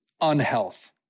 unhealth